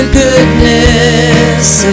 goodness